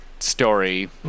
Story